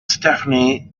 stephanie